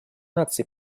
наций